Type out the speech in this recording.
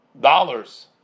dollars